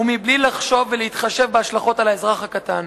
ובלי לחשוב ולהתחשב בהשלכות על האזרח הקטן.